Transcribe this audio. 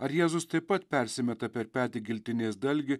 ar jėzus taip pat persimeta per petį giltinės dalgį